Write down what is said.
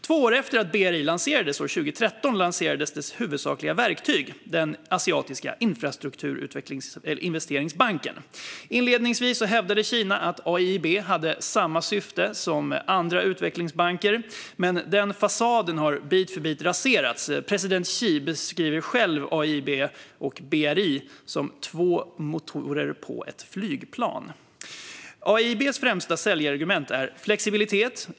Två år efter att BRI lanserades 2013 lanserades dess huvudsakliga verktyg, Asiatiska infrastrukturinvesteringsbanken. Inledningsvis hävdade Kina att AIIB hade samma syfte som andra utvecklingsbanker. Men denna fasad har bit för bit raserats. President Xi beskriver själv AIIB och BRI som två motorer på ett flygplan. AIIB:s främsta säljargument är flexibilitet.